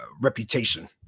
reputation